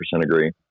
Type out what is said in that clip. agree